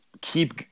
keep